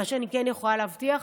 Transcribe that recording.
מה שאני כן יכולה להבטיח,